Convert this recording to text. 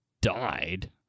died